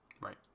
Right